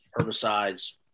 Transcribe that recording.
herbicides